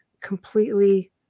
completely